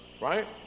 Right